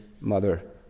mother